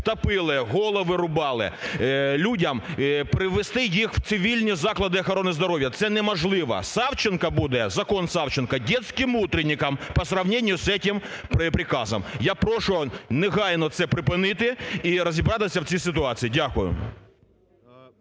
(топили, голови рубали людям), перевести їх в цивільні заклади охорони здоров'я. Це неможливо. Савченко буде, "закон Савченко", детским утренником по сравнению с этим приказом. Я прошу негайно це припинити і розібратися в цій ситуації. Дякую.